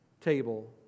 table